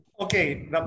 Okay